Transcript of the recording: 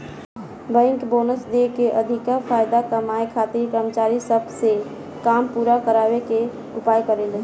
bank bonus देके अधिका फायदा कमाए खातिर कर्मचारी सब से काम पूरा करावे के उपाय करेले